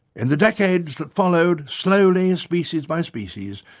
in the decades that followed, slowly, and species by species,